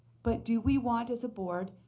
but do we want, as a board,